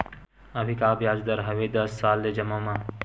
अभी का ब्याज दर हवे दस साल ले जमा मा?